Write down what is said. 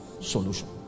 Solution